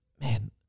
man